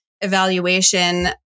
evaluation